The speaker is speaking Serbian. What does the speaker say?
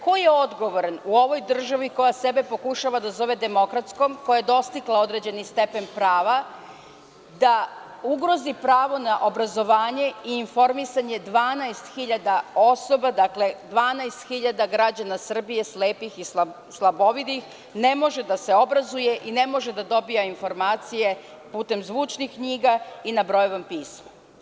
Ko je odgovoran u ovoj državi koja sebe pokušava da zove demokratskom, koja dostigla određeni stepen prava, da ugrozi pravo na obrazovanje i informisanje 12.000 osoba, dakle 12.000 građana Srbije slepih i slabovidih, ne može da se obrazuje i ne može da dobija informacije putem zvučnih knjiga i na Brajevom pismu?